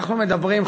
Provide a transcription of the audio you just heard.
אנחנו מדברים,